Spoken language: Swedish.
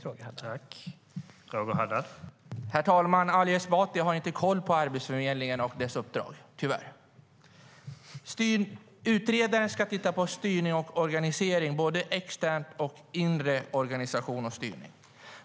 Herr talman! Ali Esbati har inte koll på Arbetsförmedlingen och dess uppdrag - tyvärr. Utredaren ska titta på styrning och organisering, både extern och intern organisation och styrning.